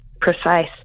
precise